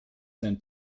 sein